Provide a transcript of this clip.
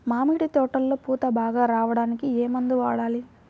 మామిడి తోటలో పూత బాగా రావడానికి ఏ మందు వాడాలి?